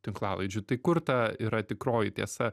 tinklalaidžių tai kur ta yra tikroji tiesa